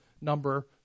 number